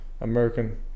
American